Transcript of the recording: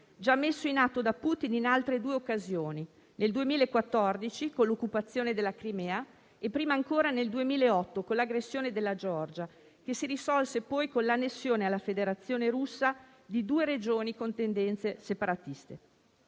già messo in atto da Putin in altre due occasioni: nel 2014 con l'occupazione della Crimea e, prima ancora, nel 2008 con l'aggressione della Georgia, che si risolse con l'annessione alla Federazione russa di due regioni con tendenze separatiste.